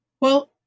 Well-